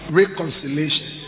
reconciliation